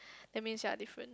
that means ya different